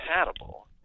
compatible